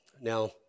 Now